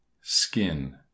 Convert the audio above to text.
Skin